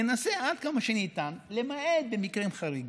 ננסה עד כמה שאפשר, למעט במקרים חריגים,